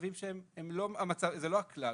זה לא הכלל,